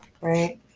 right